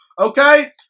okay